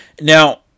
Now